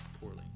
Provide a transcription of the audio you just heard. poorly